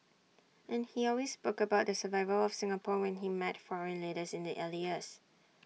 and he always spoke about the survival of Singapore when he met foreign leaders in the early years